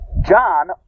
John